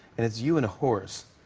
and it's you and a horse.